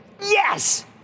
Yes